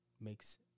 makes